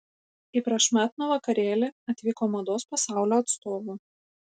į prašmatnų vakarėlį atvyko mados pasaulio atstovų